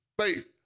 faith